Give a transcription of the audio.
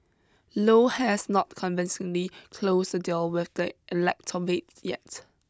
low has not convincingly closed the deal with the electorate yet